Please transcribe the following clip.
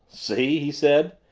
see, he said,